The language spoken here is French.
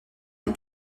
les